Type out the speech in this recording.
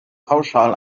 pauschal